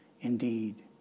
indeed